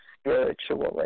spiritually